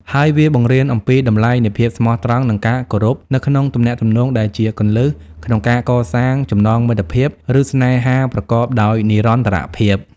ហើយវាបង្រៀនអំពីតម្លៃនៃភាពស្មោះត្រង់និងការគោរពនៅក្នុងទំនាក់ទំនង ដែលជាគន្លឹះក្នុងការកសាងចំណងមិត្តភាព ឬស្នេហាប្រកបដោយនិរន្តរភាព។